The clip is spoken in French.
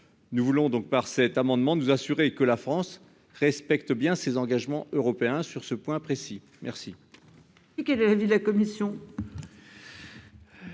Nous voulons donc par cet amendement, nous assurer que la France respecte bien ses engagements européens. Sur ce point précis. Merci.